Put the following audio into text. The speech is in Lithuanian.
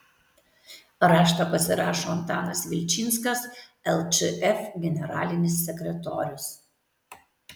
raštą pasirašo antanas vilčinskas lčf generalinis sekretorius